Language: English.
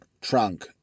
trunk